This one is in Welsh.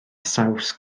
saws